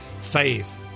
faith